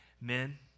Men